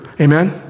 Amen